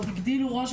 עוד הגדילו ראש,